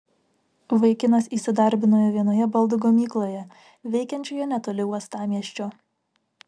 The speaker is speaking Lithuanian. vaikinas įsidarbino vienoje baldų gamykloje veikiančioje netoli uostamiesčio